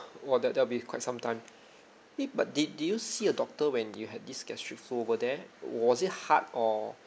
!wah! that that will be quite sometime eh but did did you see a doctor when you had this gastric flu over there was it hard or